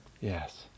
Yes